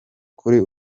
kuri